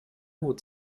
hut